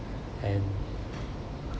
and